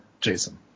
Jason